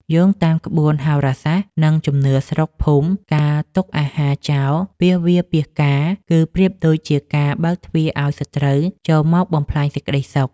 យោងតាមក្បួនហោរាសាស្ត្រ និងជំនឿស្រុកភូមិការទុកអាហារចោលពាសវាលពាសកាល គឺប្រៀបដូចជាការបើកទ្វារឱ្យសត្រូវចូលមកបំផ្លាញសេចក្តីសុខ។